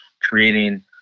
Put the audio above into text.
creating